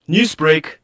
Newsbreak